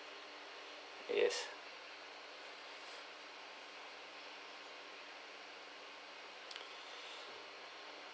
yes